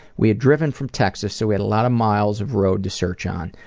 we had driven from texas so we had a lot of miles of road to search on.